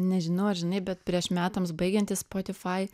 nežinau ar žinai bet prieš metams baigiantis spotify